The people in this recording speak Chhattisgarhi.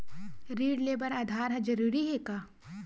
ऋण ले बर आधार ह जरूरी हे का?